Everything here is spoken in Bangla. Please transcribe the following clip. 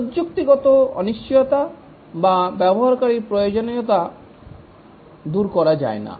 প্রযুক্তিগত অনিশ্চয়তা বা ব্যবহারকারীর প্রয়োজনীয়তা দূর করা যায় না